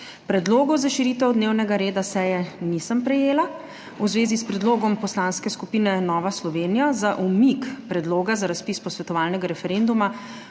Predlogov za širitev dnevnega reda seje nisem prejela. V zvezi s predlogom Poslanske skupine Nova Slovenija za umik Predloga za razpis posvetovalnega referenduma